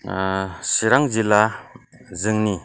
चिरां जिल्ला जोंनि